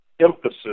emphasis